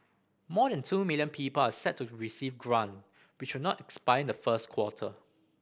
more than two million people are set to receive grant which will not expire in the first quarter